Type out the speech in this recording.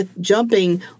jumping